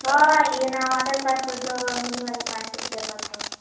ᱦᱳᱭ ᱤᱱᱟᱹ water park ᱨᱮᱫᱚ ᱢᱤᱫ ᱦᱚᱲᱟᱜ ᱜᱮ ᱯᱟᱪᱥᱚ ᱨᱩᱯᱤᱭᱟ ᱠᱚ ᱦᱟᱛᱟᱣᱟ